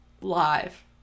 live